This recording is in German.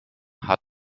hat